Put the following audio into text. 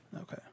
Okay